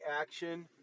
action